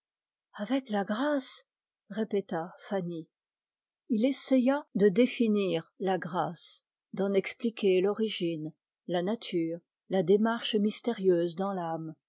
avec la grâce répéta fanny il essaya de définir la grâce d'en expliquer l'origine la nature la démarche mystérieuse dans l'âme